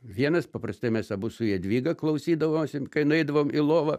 vienas paprastai mes abu su jadvyga klausydavosi kai nueidavom į lovą